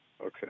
Okay